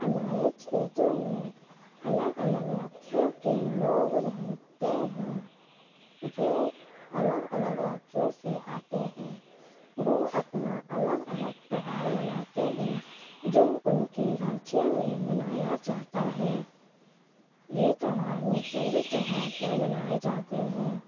ہمارے چھیتر میں الگ الگ راجیوں کے لوگ رہتے ہیں جو الگ الگ راجیوں سے آتے ہیں وہ اپنا الگ الگ تہوار مناتے ہیں جو ان کے راجیہ میں منایا جاتا ہے یہ تہوار موسمی تہوار پر منائے جاتے ہیں